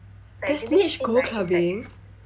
does nitch go clubbing